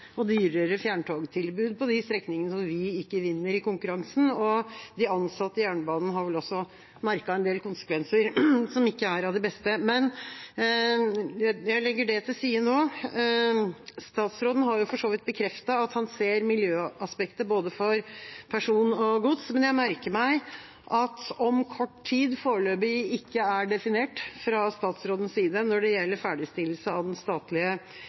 og dyrere fjerntogtilbud på de strekningene som Vy ikke vinner i konkurransen. De ansatte i jernbanen har vel også merket en del konsekvenser som ikke er av de beste, men jeg legger det til side nå. Statsråden har for så vidt bekreftet at han ser miljøaspektet for både person og gods, men jeg merker meg at om «kort tid» foreløpig ikke er definert fra statsrådens side når det gjelder ferdigstillelse av den statlige